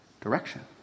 direction